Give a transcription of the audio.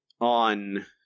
on